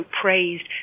praised